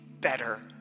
better